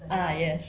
ah yes